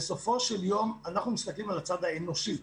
בסופו של יום, אנחנו מסתכלים על הצד האנושי.